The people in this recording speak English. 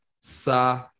Sa